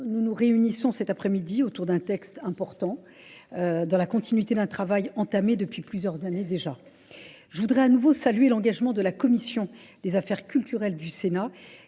Nous nous réunissons cet après-midi autour d'un texte important dans la continuité d'un travail entamé depuis plusieurs années déjà. Je voudrais à nouveau saluer l'engagement de la Commission des affaires culturelles du Sénat